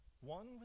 One